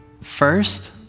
First